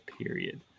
period